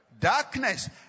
darkness